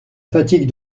fatigue